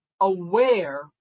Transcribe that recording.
aware